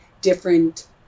different